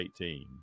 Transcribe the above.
18